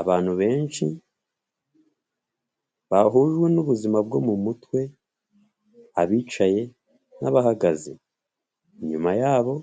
Abantu benshi bahujwe n'ubuzima bwo mu mutwe abicaye n'abahagaze, inyuma yabo